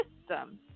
system